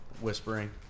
whispering